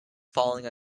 falling